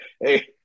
hey